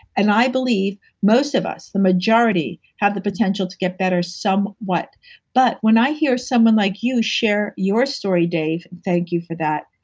and i believe most of us, the majority, have potential to get better somewhat. but, when i hear someone like you share your story, dave, thank you for that,